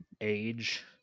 age